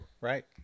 right